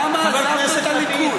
למה עזבת את הליכוד?